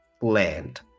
land